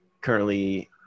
currently